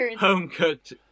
Home-cooked